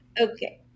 Okay